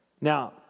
Now